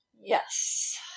Yes